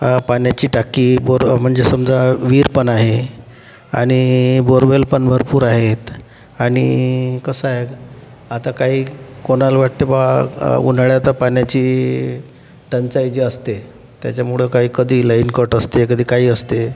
पाण्याची टाकी बोर म्हणजे समजा विहीर पण आहे आणि बोरवेल पण भरपूर आहेत आणि कसं आहे आता काही कोणाला वाटते बुवा उन्हाळ्यात तर पाण्याची टंचाई जी असते त्याच्यामुळे काही कधी लाईल कट असते कधी काहीही असते